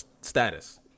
status